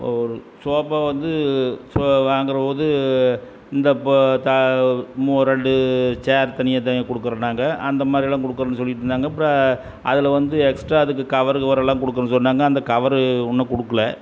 ஒரு சோபா வந்து சோ வாங்கிற போது இந்த ரெண்டு சேர் தனியாக தனியாக கொடுக்குறன்னாங்க அந்த மாதிரிலாம் கொடுக்கறோம்னு சொல்லிட்டு இருந்தாங்க அப்புறம் அதில் வந்து எக்ஸ்ட்டா அதுக்கு கவரு கிவரு எல்லாம் கொடுக்குறன்னு சொன்னாங்க அந்த கவரு ஒன்றும் கொடுக்குல